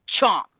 Chomp